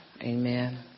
Amen